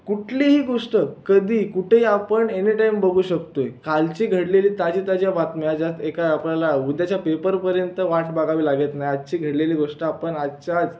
कुठलीही गोष्ट कधीही कुठेही आपण एनीटाईम बघू शकतोय कालची घडलेली ताजी ताज्या बातम्या ज्यात एका आपल्याला उद्याच्या पेपरपर्यंत वाट बघावी लागत नाही आजची घडलेली गोष्ट आपण आजच्या आज